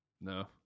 No